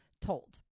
told